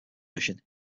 version